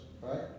right